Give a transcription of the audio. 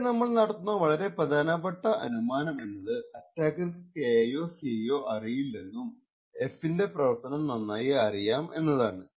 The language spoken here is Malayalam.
ഇവിടെ നമ്മൾ നടത്തുന്ന വളരെ പ്രധാനപ്പെട്ട അനുമാനം എന്നത് അറ്റാക്കർക്കു K യോ C യോ അറിയില്ലെങ്കിലും f ന്റെ പ്രവർത്തനം നന്നായി അറിയാം എന്നതാണ്